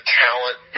talent